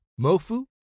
Mofu